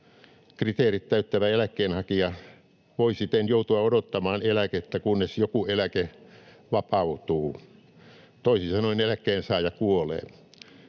Kriteerit täyttävä eläkkeenhakija voi siten joutua odottamaan eläkettä, kunnes joku eläke vapautuu, toisin sanoen eläkkeensaaja kuolee.